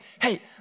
hey